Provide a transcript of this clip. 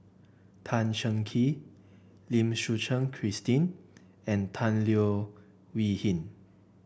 Tan Cheng Kee Lim Suchen Christine and Tan Leo Wee Hin